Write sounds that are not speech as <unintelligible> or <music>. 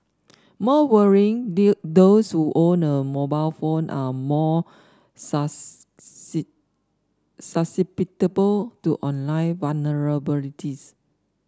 more worrying <unintelligible> those who own a mobile phone are more <unintelligible> susceptible to online vulnerabilities